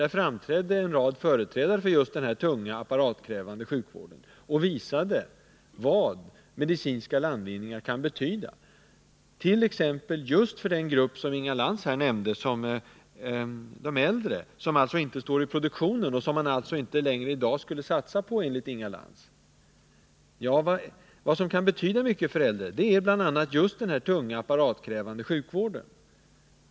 Där framträdde en rad företrädare för just den tunga apparatkrävande sjukvården och visade vad medicinska landvinningar kan betyda t.ex. för den grupp som Inga Lantz här nämnde — de äldre, de som inte står i produktionen och som man alltså inte längre satsar på, enligt Inga Lantz. Vad som kan betyda mycket för äldre är bl.a. just den tunga apparatkrävande sjukvården.